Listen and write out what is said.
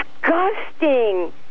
disgusting